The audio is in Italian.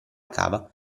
cava